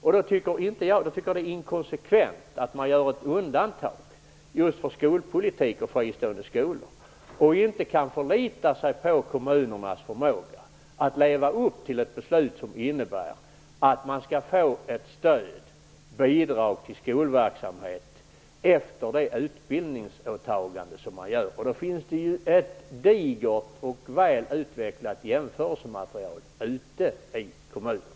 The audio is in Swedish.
Därför tycker jag att det är inkonsekvent att man gör ett undantag just för skolpolitik och fristående skolor och inte förlitar sig på kommunernas förmåga att leva upp till ett beslut som innebär att man skall få ett bidrag till skolverksamhet efter det utbildningsåtaganden som man gör. Det finns ju ett digert och väl utvecklat jämförelsematerial ute i kommunerna.